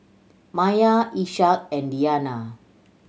Maya Ishak and Diyana